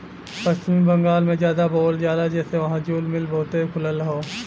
पश्चिम बंगाल में जादा बोवल जाला जेसे वहां जूल मिल बहुते खुलल हौ